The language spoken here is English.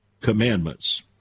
commandments